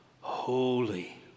holy